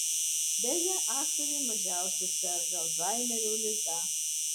beje aktoriai mažiausiai serga alzhaimerio liga